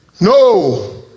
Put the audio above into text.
No